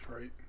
right